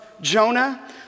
Jonah